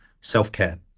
self-care